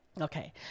okay